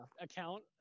account